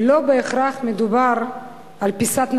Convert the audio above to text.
לא בהכרח מדובר על פיסת נדל"ן.